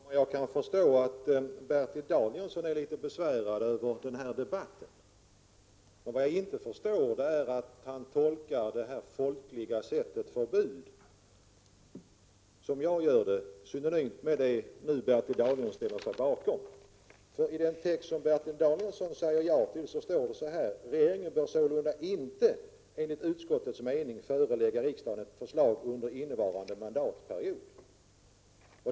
Herr talman! Jag kan förstå att Bertil Danielsson är besvärad över den här debatten, men vad jag inte förstår är att han inte tolkar det folkliga uttrycket förbud som jag gör det, dvs. synonymt med det som Bertil Danielsson nu ställde sig bakom. I den text som Bertil Danielsson säger ja till heter det: Regeringen bör sålunda inte enligt utskottets mening förelägga riksdagen ett förslag under innevarande mandatperiod.